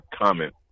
comment